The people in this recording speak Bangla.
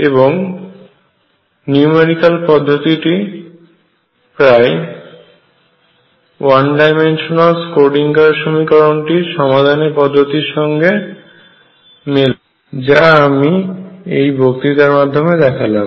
এবং নিউমেরিক্যাল পদ্ধতিটি প্রায় ওয়ান ডাইমেনশনাল স্ক্রোডিঙ্গারের সমীকরণটির সমাধানের পদ্ধতির সঙ্গে মেলে যা আমি এই বক্তৃতার মাধ্যমে দেখলাম